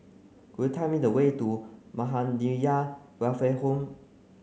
could you tell me the way to Muhammadiyah Welfare Home